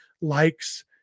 likes